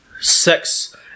sex